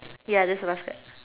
ya that's the last step